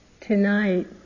tonight